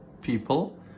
people